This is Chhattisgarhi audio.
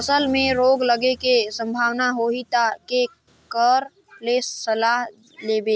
फसल मे रोग लगे के संभावना होही ता के कर ले सलाह लेबो?